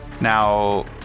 Now